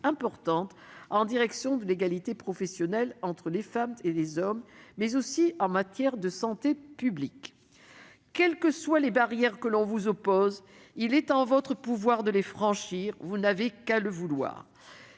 considérable en faveur de l'égalité professionnelle entre les femmes et les hommes comme en matière de santé publique. « Quelles que soient les barrières que l'on vous oppose, il est en votre pouvoir de les franchir ; vous n'avez qu'à le vouloir